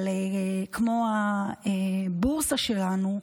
אבל כמו הבורסה שלנו,